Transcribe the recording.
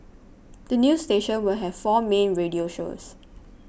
the new station will have four main radio shows